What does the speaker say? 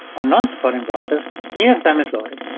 or nonsupporting browsers, neither of them is loaded.